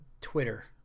Twitter